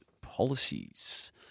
policies